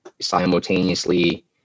simultaneously